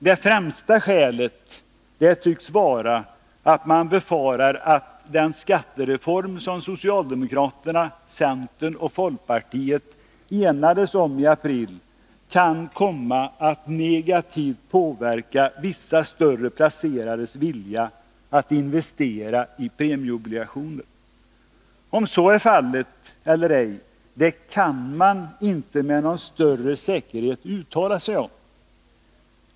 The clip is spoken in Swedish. Det främsta skälet tycks vara att man befarar att den skattereform som socialdemokraterna, centern och folkpartiet enades om i april kan komma att negativt påverka vissa större placerares vilja att investera i premieobligationer. Om så är fallet eller ej kan man inte med någon större säkerhet uttala sig om.